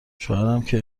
شوهرم، که